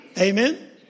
Amen